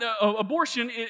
abortion